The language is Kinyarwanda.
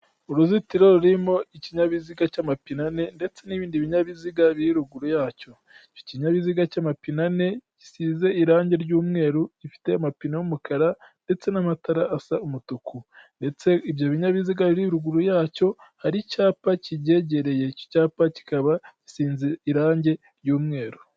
Uruzitiro rurimo ikinyabiziga cy'amapine ane ndetse n'ibindi binyabiziga biri ruguru yacyo icyo kinyabiziga cy'amapine ane gisize irangi ry'umweru rifite amapine y'umukara ndetse n'amatara asa n'umutuku ndetse ibyo binyabiziga biri ruguru yacyo hari icyapa kibyegereye ,icyo cyapa kikaba gisize irangi ry'umweru.